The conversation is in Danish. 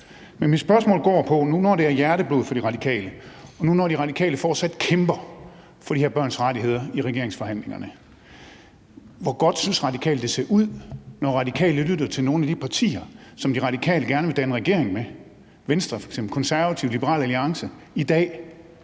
men mit spørgsmål går på, hvor godt De Radikale, når det nu er hjerteblod for De Radikale, og når nu De Radikale fortsat kæmper for de her børns rettigheder i regeringsforhandlingerne, synes det ser ud, når de lytter til nogle af de partier, som de gerne vil danne regering med, f.eks. Venstre, Konservative og Liberal Alliance, i dag.